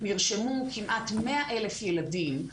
נרשמו כמעט 100,000 ילדים.